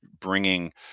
bringing